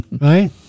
Right